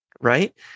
right